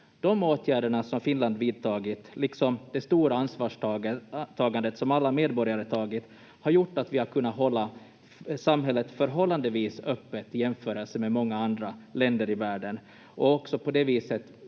De åtgärderna som Finland vidtagit, liksom det stora ansvarstagandet som alla medborgare tagit, har gjort att vi har kunnat hålla samhället förhållandevis öppet i jämförelse med många andra länder i världen och också på det viset